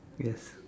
yes